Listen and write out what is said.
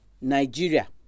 Nigeria